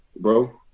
bro